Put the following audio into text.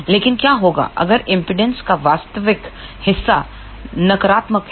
लेकिन क्या होगा अगर एमपीडांस का वास्तविक हिस्सा नकारात्मक है